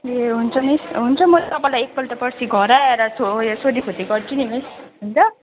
ए हुन्छ मिस हुन्छ म तपाईँलाई एकपल्ट पर्सी घरै आएर छो उयो सोधीखोजी गर्छु नि मिस हुन्छ